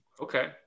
Okay